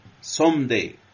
someday